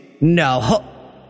No